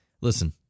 Listen